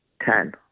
ten